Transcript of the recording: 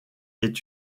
est